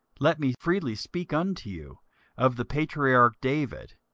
let me freely speak unto you of the patriarch david,